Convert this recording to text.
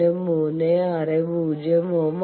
360 ohm ആണ്